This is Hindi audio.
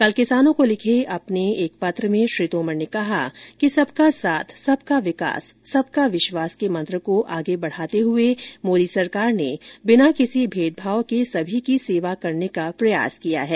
कल किसानों को लिखे अपने पत्र में श्री तोमर ने कहा कि सबका साथ सबका विकास सबका विश्वास के मंत्र को आगे बढ़ाते हुए मोदी सरकार ने बिना किसी भेदभाव के सभी की सेवा करने का प्रयास किया है